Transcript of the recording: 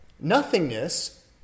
nothingness